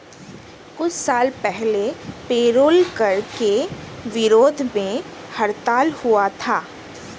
कुछ साल पहले पेरोल कर के विरोध में हड़ताल हुआ था